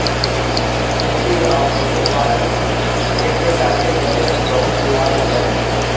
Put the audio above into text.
खेती आउ पशुपालन एके साथे करे से बहुत लाभ होब हई